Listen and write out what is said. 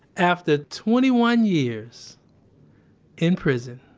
after twenty one years in prison,